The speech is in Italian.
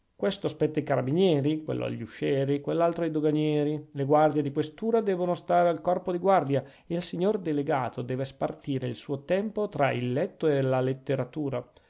questo spetta ai carabinieri quello agli uscieri quell'altro ai doganieri le guardie di questura debbono stare al corpo di guardia e il signor delegato deve spartire il suo tempo tra il letto e la letteratura